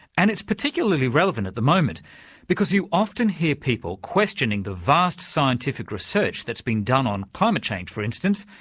and it's particularly relevant at the moment because you often hear people questioning the vast scientific research that's been done on climate change for instance,